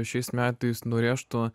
šiais metais nurėžtų